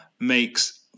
makes